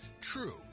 True